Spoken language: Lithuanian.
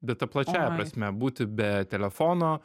bet ta plačiąja prasme būti be telefono